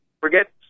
Forget